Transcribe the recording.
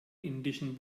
indischen